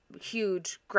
huge